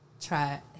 try